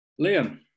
Liam